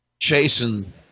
chasing